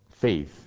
faith